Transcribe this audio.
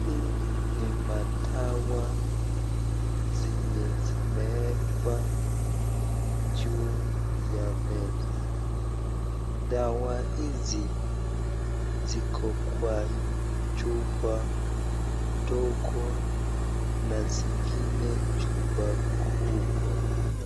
Hii ni madawa zenye zimewekwa juu ya meza. Dawa hizi ziko kwa chupa ndogo na zingine chupa kubwa.